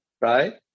right